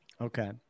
Okay